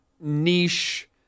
niche